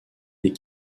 des